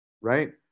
right